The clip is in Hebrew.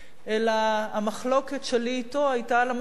אלא המחלוקת שלי אתו היתה על המסקנות